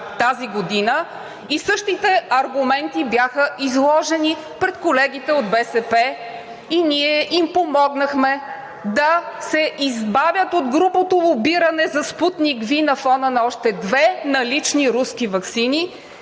тази година и същите аргументи бяха изложени пред колегите от БСП. Ние им помогнахме да се избавят от грубото лобиране за „Спутник V“ на фона на още две налични руски ваксини